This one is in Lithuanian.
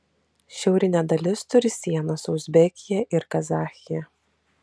šiaurinė dalis turi sieną su uzbekija ir kazachija